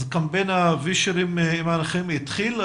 אז קמפיין הווישרים התחיל?